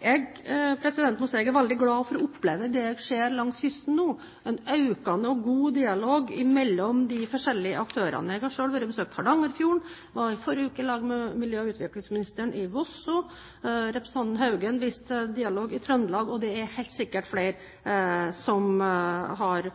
må si jeg er veldig glad for å oppleve det jeg ser langs kysten nå: en økende og god dialog mellom de forskjellige aktørene. Jeg har selv vært og besøkt Hardangerfjorden og var i forrige uke i lag med miljø- og utviklingsministeren i Vosso. Representanten Haugen viste til dialog i Trøndelag – og det er helt sikkert flere som har